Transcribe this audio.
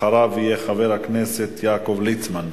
אחריו יהיה חבר הכנסת יעקב ליצמן,